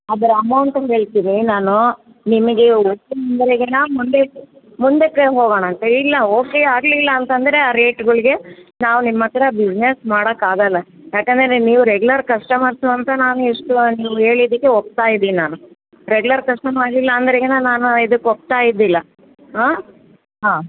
ಅದ್ರ ಅಮೌಂಟ್ ಒಂದು ಹೇಳ್ತಿನಿ ನಾನು ನಿಮಗೆ ಓಕೆ ಅಂದರೆ ನಾ ಮುಂದೆ ಮುಂದಕ್ಕೆ ಹೋಗೋಣ ಅಂತೆ ಇಲ್ಲ ಓಕೆ ಆಗಲಿಲ್ಲ ಅಂತಂದರೆ ಆ ರೇಟ್ಗುಳಿಗೆ ನಾವು ನಿಮ್ಮತ್ತಿರ ಬಿಸಿನೆಸ್ ಮಾಡಕೆ ಆಗೋಲ್ಲ ಯಾಕೆಂದ್ರೆ ನೀವು ರೆಗ್ಯುಲರ್ ಕಸ್ಟಮರ್ಸು ಅಂತ ನಾನು ಇಷ್ಟು ಒಂದು ಹೇಳಿದ್ದಕ್ಕೆ ಒಪ್ತಾ ಇದ್ದೀನಿ ನಾನು ರೆಗ್ಯುಲರ್ ಕಸ್ಟಮರ್ ಇಲ್ಲ ಅಂದರೆ ಏನು ನಾನು ಇದ್ಕೆ ಒಪ್ತಾ ಇದ್ದಿಲ್ಲ ಹಾಂ ಹಾಂ